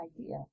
idea